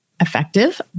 effective